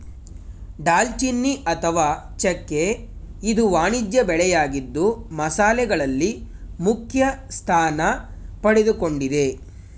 ದಾಲ್ಚಿನ್ನಿ ಅಥವಾ ಚೆಕ್ಕೆ ಇದು ವಾಣಿಜ್ಯ ಬೆಳೆಯಾಗಿದ್ದು ಮಸಾಲೆಗಳಲ್ಲಿ ಮುಖ್ಯಸ್ಥಾನ ಪಡೆದುಕೊಂಡಿದೆ